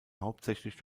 hauptsächlich